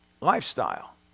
lifestyle